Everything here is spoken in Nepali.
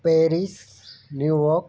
Paris New York